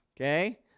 okay